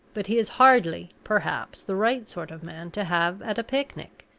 but he is hardly, perhaps, the right sort of man to have at a picnic.